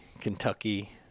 Kentucky